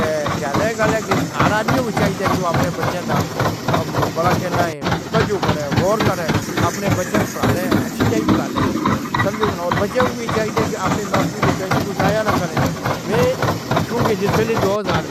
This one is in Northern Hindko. اے کہ ہر آدمی کو چاہیے کہ او اپنے بچّوں دا اُمّڑا کے نہیں تَجُر کرے، گور کرے۔ اپنے بچّوں کو پڑھا لے، اچّھی طرح پڑھا لے، سمجھو نا۔ تے بچّوں کو وی چاہیے کہ اپنی باقی دے پیسے کو ضائع نہ کرن۔ میں کیوں کہ جس ویلے دو ہزار،